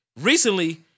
recently